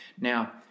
Now